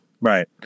right